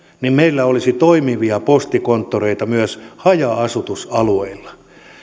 niin meillä olisi toimivia postikonttoreita myös haja asutusalueilla